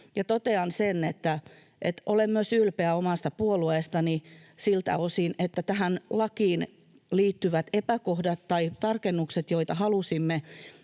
Ja totean sen, että olen myös ylpeä omasta puolueestani siltä osin, että tähän lakiin liittyvät epäkohdat ja tarkennukset, joita halusimme,